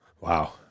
Wow